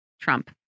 Trump